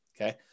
Okay